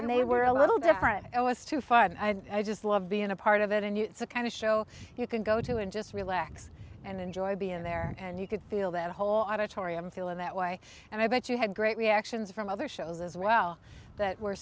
and they were a little different it was too fun and i just love being a part of it and it's a kind of show you can go to and just relax and enjoy being there and you could feel that whole auditorium feeling that way and i bet you had great reactions from other shows as well that were